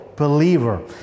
believer